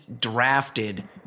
drafted